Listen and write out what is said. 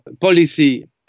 policy